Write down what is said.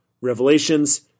revelations